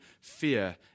fear